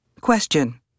Question